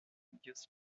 dios